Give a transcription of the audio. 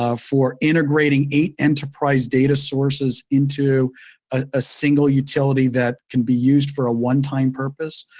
ah for integrating eight enterprise data sources into a single utility that can be used for a one-time purpose.